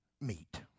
meet